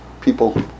people